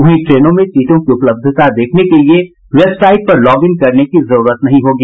वहीं ट्रेनों में सीटों की उपलब्धता देखने के लिए वेबसाईट पर लॉगिन करने की जरूरत नहीं होगी